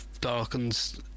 darkens